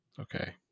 Okay